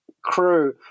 crew